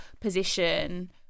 position